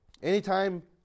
Anytime